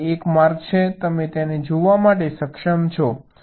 કારણ કે એક માર્ગ છે તમે તેને જોવા માટે સક્ષમ છો